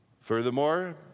Furthermore